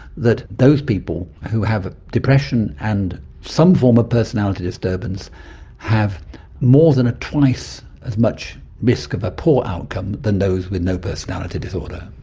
that those people who have depression and some form of personality disturbance have more than a twice as much risk of a poor outcome than those with no personality disorder.